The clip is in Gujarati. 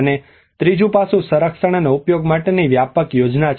અને ત્રીજો પાસું સંરક્ષણ અને ઉપયોગ માટેની વ્યાપક યોજના છે